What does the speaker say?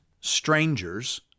strangers